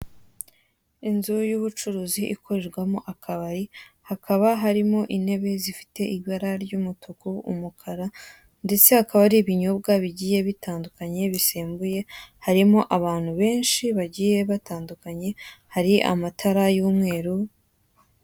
Inzu y'ubucuruzi ikorerwamo akabari, hakaba harimo intebe zifite ibara ry'umutuku, umukara, ndetse hakaba hari ibinyobwa bigiye bitandukanye bisembuye, harimo abantu benshi bagiye batandukanye hari amatara y'umweru.